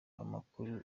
amakuru